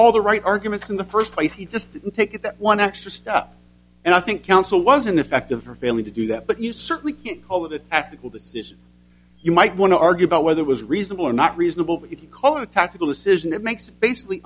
all the right arguments in the first place he just didn't take that one extra stuff and i think counsel was ineffective for failing to do that but you certainly can't call it an act of will decision you might want to argue about whether it was reasonable or not reasonable to call it a tactical decision it makes basically